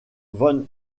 van